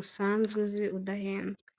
usanzwe uzi udahenzwe.